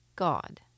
God